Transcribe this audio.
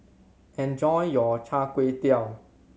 enjoy your chai kway tow